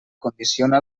condiciona